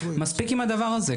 מספיק עם הדבר הזה.